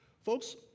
folks